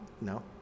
No